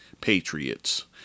Patriots